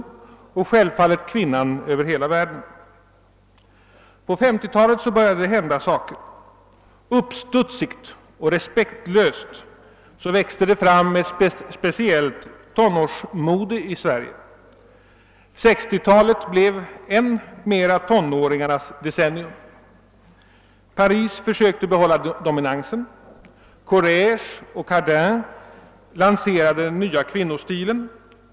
Självfallet följdes det också av kvinnorna över hela världen. På 1950-talet började det så hända saker. Uppstudsigt och respektlöst växte det fram ett speciellt tonårsmode i Sverige, och 1960-talet blev än mer tonåringarnas decennium. Paris försökte behålla dominansen. Courréges och Cardin lanserade den nya kvinnostilen.